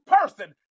person